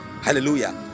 Hallelujah